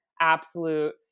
absolute